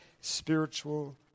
spiritual